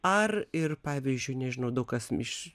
ar ir pavyzdžiui nežinau daug kas iš